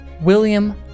William